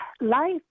Life